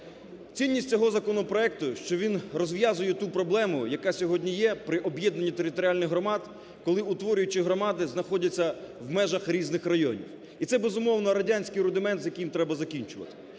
Цінність цього законопроекту, що він розв'язує ту проблему, яка сьогодні є при об'єднанні територіальних громад, коли утворюючі громади знаходяться в межах різних районів і це, безумовно, радянський рудимент з яким треба закінчувати.